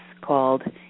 called